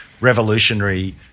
revolutionary